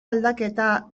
aldaketa